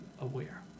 aware